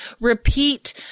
repeat